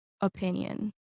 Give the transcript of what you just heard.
opinion